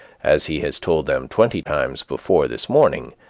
as he has told them twenty times before this morning,